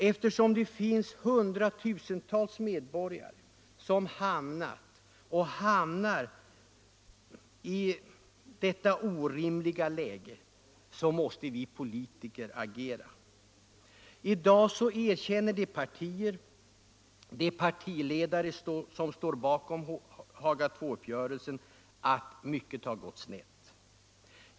Eftersom det finns hundratusentals medborgare som har hamnat och hamnar i detta orimliga läge, måste vi politiker agera. I dag erkänner de partiledare som står bakom Haga II-uppgörelsen att mycket har gått snett.